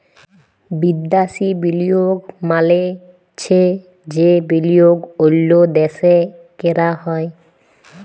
বিদ্যাসি বিলিয়গ মালে চ্ছে যে বিলিয়গ অল্য দ্যাশে ক্যরা হ্যয়